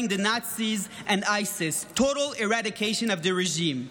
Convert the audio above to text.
the Nazism and ISIS. Total eradication of the regime.